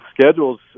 schedules